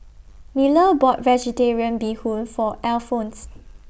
Miller bought Vegetarian Bee Hoon For Alphons